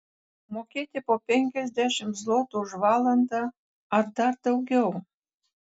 mokėti po penkiasdešimt zlotų už valandą ar dar daugiau